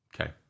Okay